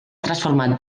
transformat